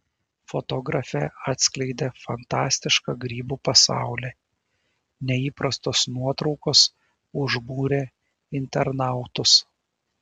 fotografė atskleidė fantastišką grybų pasaulį neįprastos nuotraukos užbūrė internautus